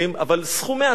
סכומי עתק,